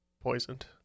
poisoned